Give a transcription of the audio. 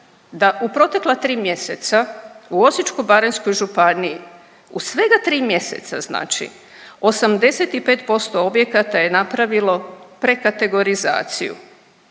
da u protekla tri mjeseca u Osječko-baranjskoj županiji, u svega tri mjeseca znači, 85% objekata je napravilo prekategorizaciju,